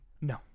No